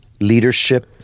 leadership